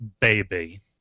baby